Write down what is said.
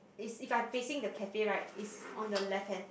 is if I facing the cafe right is on the left hand